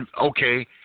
okay